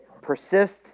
persist